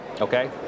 Okay